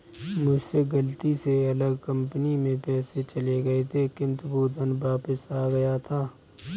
मुझसे गलती से अलग कंपनी में पैसे चले गए थे किन्तु वो धन वापिस आ गया था